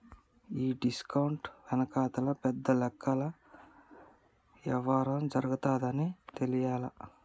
ఈ డిస్కౌంట్ వెనకాతల పెద్ద లెక్కల యవ్వారం జరగతాదని తెలియలా